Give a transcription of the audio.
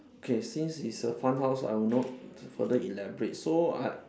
okay since it's a fun house I will not further elaborate so I